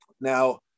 Now